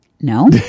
No